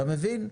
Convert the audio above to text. אתה מבין?